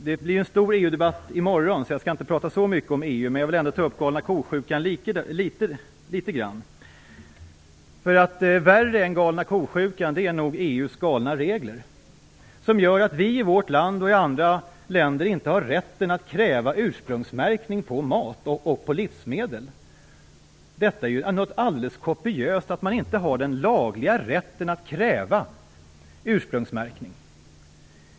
Det blir en stor EU-debatt i morgon, så jag skall inte prata så mycket om EU. Men jag vill ändå ta upp "galna ko-sjukan" litet grand. Värre än "galna kosjukan" är nog EU:s galna regler som gör att vi i vårt land och i andra länder inte har rätten att kräva ursprungsmärkning på livsmedel. Detta är alldeles kopiöst, att man inte har den lagliga rätten att kräva ursprungsmärkning.